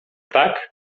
tak